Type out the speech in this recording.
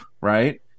right